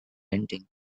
ending